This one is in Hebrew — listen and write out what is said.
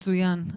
מצוין,